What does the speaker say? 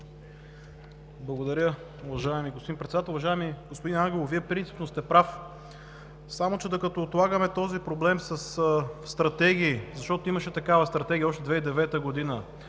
Благодаря, уважаеми господин Председател. Уважаеми господин Ангелов, Вие принципно сте прав. Само че докато отлагаме този проблем със стратегии, защото имаше такава стратегия още през 2009 г.,